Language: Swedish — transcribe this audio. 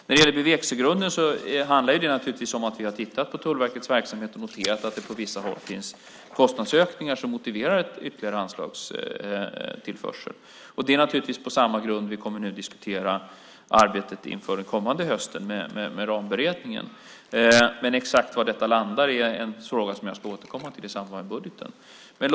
När det gäller bevekelsegrunder handlar det naturligtvis om att vi har tittat på Tullverkets verksamhet och noterat att det på vissa håll finns kostnadsökningar som motiverar en ytterligare anslagstillförsel. Det är på samma grund vi nu kommer att diskutera arbetet inför den kommande hösten med ramberedningen. Exakt vad detta landar i är en fråga som jag ska återkomma till i samband med budgeten.